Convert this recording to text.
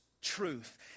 truth